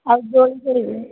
ଆଉ ଦୋଳି ଖେଳିବି